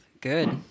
Good